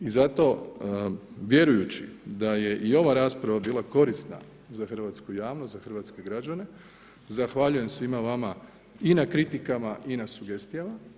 I zato vjerujući da je i ova rasprava bila korisna za hrvatsku javnost, za hrvatske građane, zahvaljujem svima vama i na kritikama i na sugestijama.